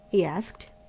he asked,